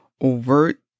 overt